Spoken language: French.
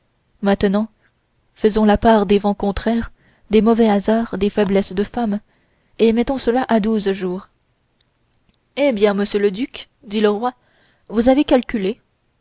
maintenant faisons la part des vents contraires des mauvais hasards des faiblesses de femme et mettons cela à douze jours eh bien monsieur le duc dit le roi vous avez calculé